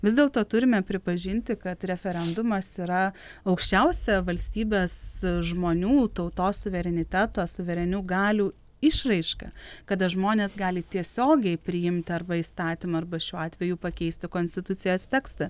vis dėlto turime pripažinti kad referendumas yra aukščiausia valstybės žmonių tautos suvereniteto suverenių galių išraiška kada žmonės gali tiesiogiai priimti arba įstatymą arba šiuo atveju pakeisti konstitucijos tekstą